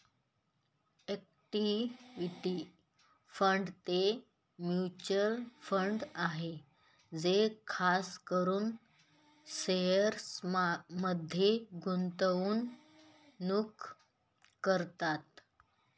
equity fund ते mutual fund आहे जे खास करून शेअर्समध्ये गुंतवणूक करतात